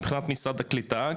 מבחינת משרד הקליטה?